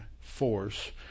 force